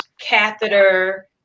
catheter